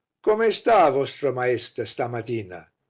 come sta vostra maiesta stamattina?